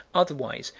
otherwise,